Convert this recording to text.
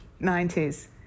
90s